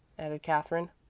added katherine.